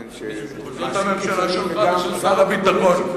זאת הממשלה שלך ושל שר הביטחון,